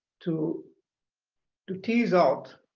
to to tease out